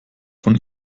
von